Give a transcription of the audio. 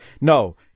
No